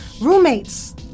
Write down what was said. roommates